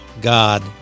God